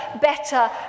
better